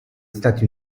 stati